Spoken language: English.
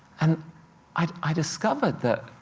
and i discovered that